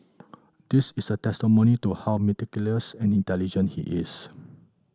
that is a testimony to how meticulous and intelligent he is